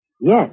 Yes